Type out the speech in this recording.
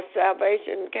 salvation